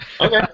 Okay